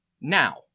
Now